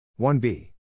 1b